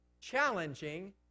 challenging